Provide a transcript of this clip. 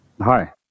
hi